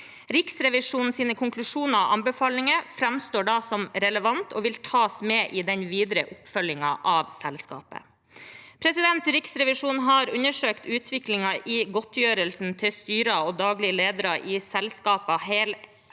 Riksrevisjonens konklusjoner og anbefalinger framstår da som relevante og vil tas med i den videre oppfølgingen av selskapet. Riksrevisjonen har undersøkt utviklingen i godtgjørelsen til styrer og daglige ledere i selskaper heleid